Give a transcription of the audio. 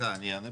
אני אענה?